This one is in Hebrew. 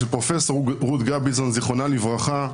של פרופ' רות גביזון זיכרונה לברכה,